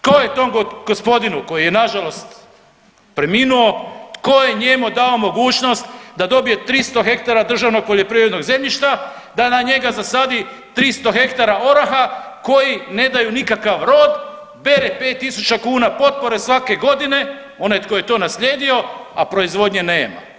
Tko je tom gospodinu koji je na žalost preminuo, tko je njemu dao mogućnost da dobije 300 ha državnog poljoprivrednog zemljišta, da na njega zasadi 300 ha oraha koji ne daju nikakav rod, bere 5000 kuna potpore svake godine onaj tko je to naslijedio a proizvodnje nema.